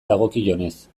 dagokionez